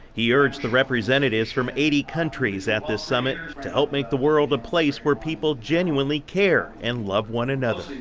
he urged the representatives from eighty countries at this summit to help make the world a place where people genuine the care and love one another.